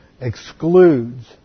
excludes